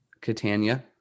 Catania